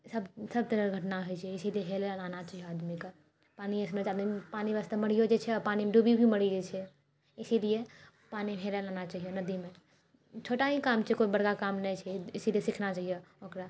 सब सब तरहके घटना होइ छै इसलिए हेलैला आना चाहिए आदमीके पानि वास्ते मरीयो जाइ छै आओर पानिमे डूबी भी मरी जाइ छै इसीलिए पानिमे हेलैला आना चाहिए नदीमे छोटा ही काम छै कोइ बड़का काम नहि छै इसीलिए सीखना चाहिए ओकरा